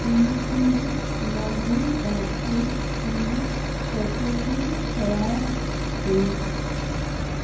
D P laundry basket जी packaging ख़राबु हुई